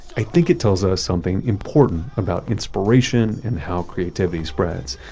i think it tells us something important about inspiration and how creativity spreads.